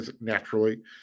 naturally